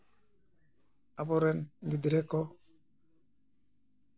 ᱟᱵᱚᱨᱮᱱ ᱜᱤᱫᱽᱨᱟᱹ ᱠᱚ